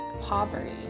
poverty